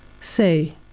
Say